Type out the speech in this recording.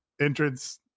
entrance